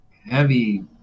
heavy